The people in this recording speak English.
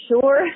sure